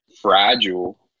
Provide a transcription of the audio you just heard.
fragile